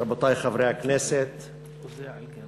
למה לקלקל?